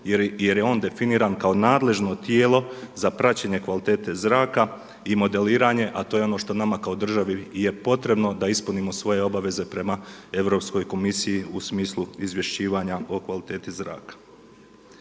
jer je on definiran kao nadležno tijelo za praćenje kvalitete zraka i modeliranje a to je ono što nama kao državi je potrebno da ispunimo svoje obaveze prema Europskoj komisiji u smislu izvješćivanja o kvaliteti zraka.